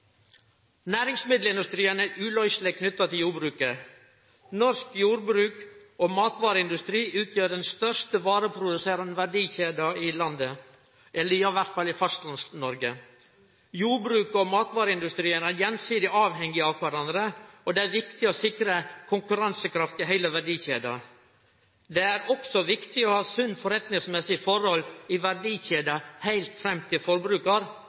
Næringsmiddelindustrien er uløyseleg knytt til jordbruket. Norsk jordbruk og matvareindustri utgjer den største vareproduserande verdikjeda i landet. Jordbruket og matvareindustrien er gjensidig avhengige av kvarandre, og det er viktig å sikre konkurransekraft i heile verdikjeda. Det er også viktig å ha sunne forretningsmessige forhold i verdikjeda heilt fram til forbrukar.